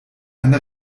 eine